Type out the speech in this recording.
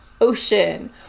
ocean